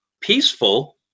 peaceful